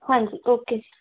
ਹਾਂਜੀ ਓਕੇ ਜੀ